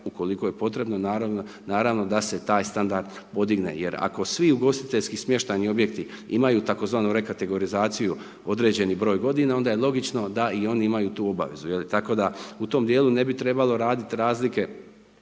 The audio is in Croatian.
ukoliko je potrebno, naravno da se taj standard podigne jer ako svi ugostiteljski smještajni objekti imaju tzv. rekategorizaciju određeni broj godina onda je logično da i oni imaju tu obavezu. Tako da u tom dijelu ne bi trebalo radi razlike